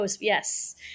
yes